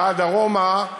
שעה דרומה,